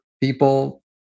people